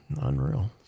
unreal